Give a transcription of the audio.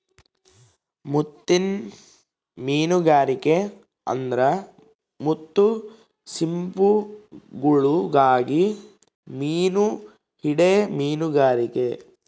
ಮುತ್ತಿನ್ ಮೀನುಗಾರಿಕೆ ಅಂದ್ರ ಮುತ್ತು ಸಿಂಪಿಗುಳುಗಾಗಿ ಮೀನು ಹಿಡೇ ಮೀನುಗಾರಿಕೆ